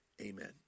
Amen